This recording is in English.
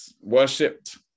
worshipped